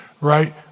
right